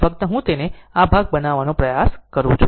ફક્ત હું તેને આ ભાગ બનાવવાનો પ્રયાસ કરી રહ્યો છું